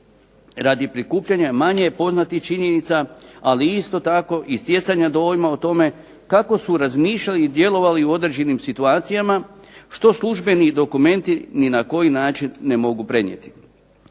radi prikupljanja manje poznatih činjenica, ali isto tako i stjecanja dojma o tome kako su razmišljali i djelovali u određenim situacijama, što službeni dokumenti ni na koji način ne mogu prenijeti.